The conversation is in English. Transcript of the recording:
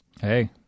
Hey